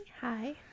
Hi